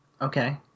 Okay